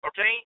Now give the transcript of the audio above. Okay